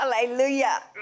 Hallelujah